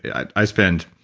i spent.